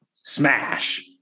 Smash